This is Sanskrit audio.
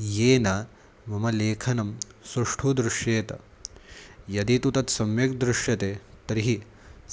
येन मम लेखनं सुष्ठुः दृश्येत् यदि तु तत् सम्यक् दृश्यते तर्हि